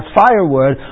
firewood